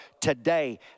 today